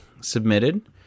submitted